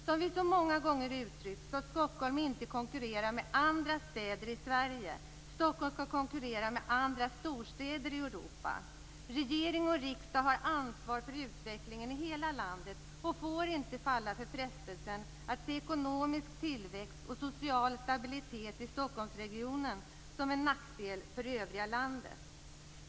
Som vi så många gånger uttryckt skall Stockholm inte konkurrera med andra städer i Sverige. Stockholm skall konkurrera med andra storstäder i Europa. Regering och riksdag har ansvar för utvecklingen i hela landet och får inte falla för frestelsen att se ekonomisk tillväxt och social stabilitet i Stockholmsregionen som en nackdel för övriga landet.